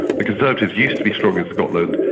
the conservatives used to be strong in scotland,